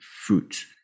fruit